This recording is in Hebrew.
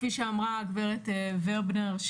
כפי שאמרה גב' ורבנר,